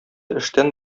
эштән